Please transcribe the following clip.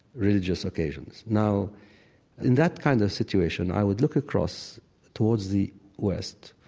religious occasions. now in that kind of situation, i would look across towards the west,